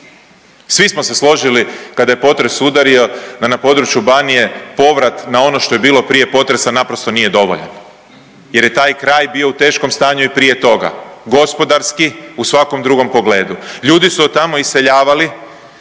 Svi smo se složili kada je potres udario da na području Banije povrat na ono što je bilo prije potresa naprosto nije dovoljan jer je taj kraj bio u teškom stanju i prije toga gospodarski, u svakom drugom pogledu. Ljudi su od tamo iseljavali